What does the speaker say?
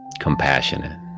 Compassionate